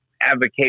advocate